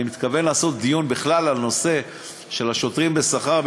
אני מתכוון לעשות דיון בכלל על נושא השוטרים בשכר,